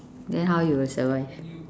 then how you will survive